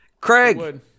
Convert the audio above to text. Craig